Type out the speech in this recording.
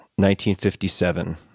1957